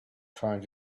trying